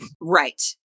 Right